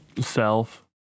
self